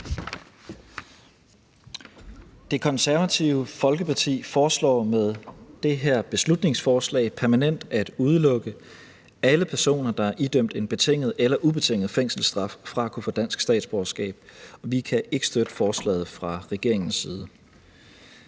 Det Konservative Folkeparti foreslår med det her beslutningsforslag permanent at udelukke alle personer, der er idømt en betinget eller ubetinget fængselsstraf, fra at kunne få dansk statsborgerskab. Vi kan ikke støtte forslaget fra regeringens side.